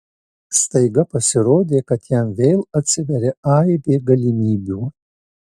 staiga pasirodė kad jam vėl atsiveria aibė galimybių